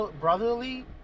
brotherly